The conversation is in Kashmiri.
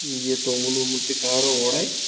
یہِ توٚمُل ووٚمُل تہِ کھالو اورَے